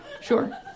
sure